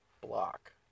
Block